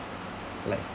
like